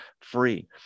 free